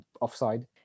offside